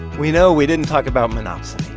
we know we didn't talk about monopsony.